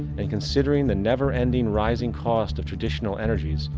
and considering the never ending rising costs of traditional energies,